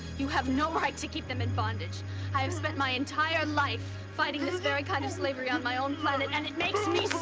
you have no right to keep them in bondage. i have spent my entire life fighting this very kind of slavery on my own planet and it makes me